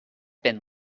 been